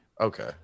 okay